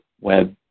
web